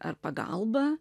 ar pagalba